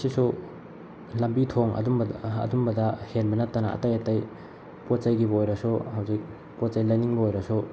ꯁꯤꯁꯨ ꯂꯝꯕꯤ ꯊꯣꯡ ꯑꯗꯨꯝꯕꯗ ꯍꯦꯟꯕ ꯅꯠꯇꯅ ꯑꯇꯩ ꯑꯇꯩ ꯄꯣꯠ ꯆꯩꯒꯤꯕꯨ ꯑꯣꯏꯔꯁꯨ ꯍꯧꯖꯤꯛ ꯄꯣ ꯆꯩ ꯂꯩꯅꯤꯡꯕ ꯑꯣꯏꯔꯁꯨ